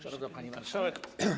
Szanowna Pani Marszałek!